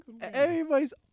everybody's